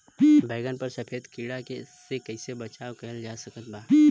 बैगन पर सफेद कीड़ा से कैसे बचाव कैल जा सकत बा?